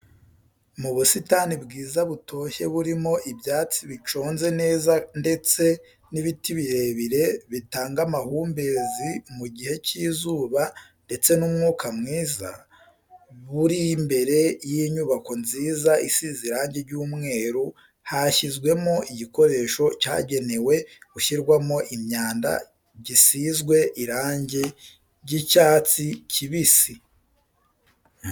Mu busitani bwiza butoshye burimo ibyatsi biconze neza ndetse n'ibiti birebire bitanga amahumbezi mu gihe cy'izuba ndetse n'umwuka mwiza, buri imbere y'inyubako nziza isize irangi ry'umweru hashyizwemo igikoresho cyagenewe gushyirwamo imyanda gisizwe irangi ry'icyatsi kibisi.